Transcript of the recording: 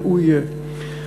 והוא יהיה,